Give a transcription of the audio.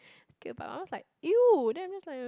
okay but my mum was like !eww! then I'm just like